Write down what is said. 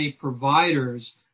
providers